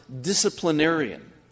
disciplinarian